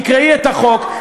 תקראי את החוק,